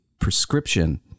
prescription